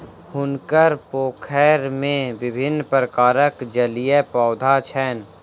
हुनकर पोखैर में विभिन्न प्रकारक जलीय पौधा छैन